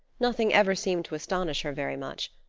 nothing ever seemed to astonish her very much.